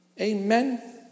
Amen